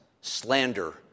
slander